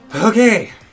Okay